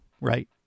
right